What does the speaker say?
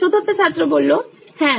চতুর্থ ছাত্র হ্যাঁ